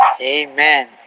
Amen